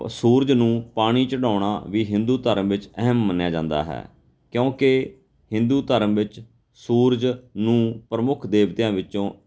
ਸੂਰਜ ਨੂੰ ਪਾਣੀ ਚੜ੍ਹਾਉਣਾ ਵੀ ਹਿੰਦੂ ਧਰਮ ਵਿੱਚ ਅਹਿਮ ਮੰਨਿਆ ਜਾਂਦਾ ਹੈ ਕਿਉਂਕਿ ਹਿੰਦੂ ਧਰਮ ਵਿੱਚ ਸੂਰਜ ਨੂੰ ਪ੍ਰਮੁੱਖ ਦੇਵਤਿਆਂ ਵਿੱਚੋਂ